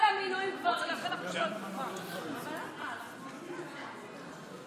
אנחנו צריכות טובות, לפתוח לנו דלת ולא ידענו.